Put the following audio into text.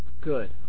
good